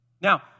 Now